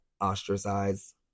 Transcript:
ostracized